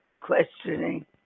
questioning